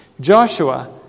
Joshua